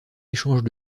échanges